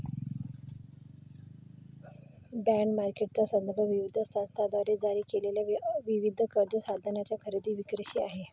bond मार्केटचा संदर्भ विविध संस्थांद्वारे जारी केलेल्या विविध कर्ज साधनांच्या खरेदी विक्रीशी आहे